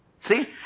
See